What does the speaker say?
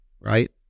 right